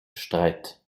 streit